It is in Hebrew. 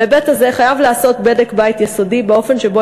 בהיבט הזה חייב להיעשות בדק-בית יסודי של האופן שבו